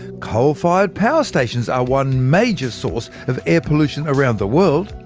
coal-fired power stations are one major source of air pollution around the world,